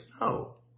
No